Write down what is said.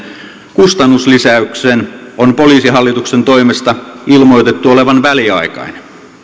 kustannuslisäyksen on poliisihallituksen toimesta ilmoitettu olevan väliaikainen